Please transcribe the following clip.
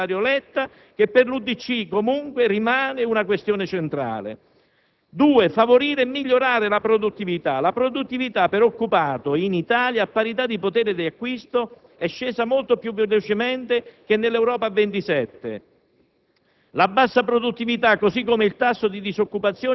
del programma di questo Governo sollecitato proprio dal sottosegretario Letta che per l'UDC, comunque, rimane una questione centrale. In secondo luogo, favorire e migliorare la produttività: la produttività per occupato in Italia, a parità di potere d'acquisto, è scesa molto più velocemente che nell'Europa a 27.